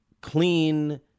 clean